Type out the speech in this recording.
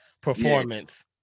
performance